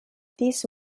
these